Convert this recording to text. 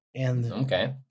Okay